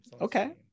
Okay